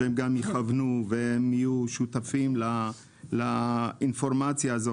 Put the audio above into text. שיכוונו ויהיו שותפים למידע הזה,